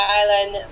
island